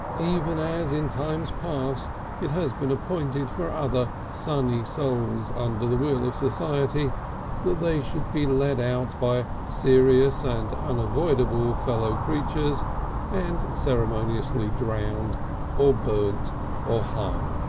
even as in times past it has been appointed for other sunny souls under the will of society that they should be led out by serious and unavoidable fellow-creatures and ceremoniously drowned or burnt or hung.